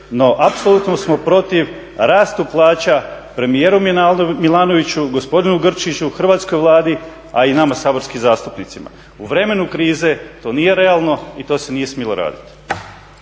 No apsolutno smo protiv rastu plaća premijeru Milanoviću, gospodinu Grčiću, Hrvatskoj vladi a i nama saborskim zastupnicima. U vremenu krize to nije realno i to se nije smjelo raditi.